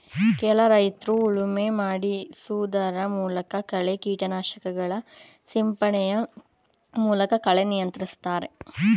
ಕೆಲ ರೈತ್ರು ಉಳುಮೆ ಮಾಡಿಸುವುದರ ಮೂಲಕ, ಕಳೆ ಕೀಟನಾಶಕಗಳ ಸಿಂಪಡಣೆಯ ಮೂಲಕ ಕಳೆ ನಿಯಂತ್ರಿಸ್ತರೆ